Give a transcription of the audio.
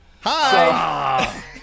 Hi